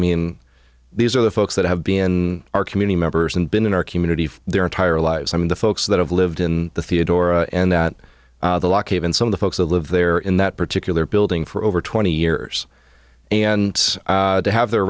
mean these are the folks that have been our community members and been in our community for their entire lives i mean the folks that have lived in the theodora and that the lock even some of the folks that live there in that particular building for over twenty years and to have their